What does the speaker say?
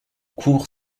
court